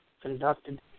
conducted